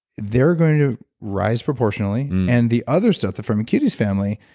they're going to rise proportionally. and the other stuff, the firmicutes family,